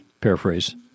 Paraphrase